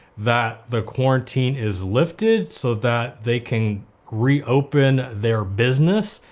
that the quarantine is lifted so that they can re-open their business.